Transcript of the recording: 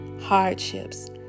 hardships